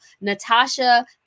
Natasha